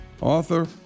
author